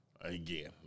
Again